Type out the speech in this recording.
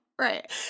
Right